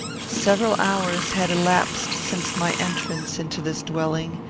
several hours had elapsed since my entrance into this dwelling,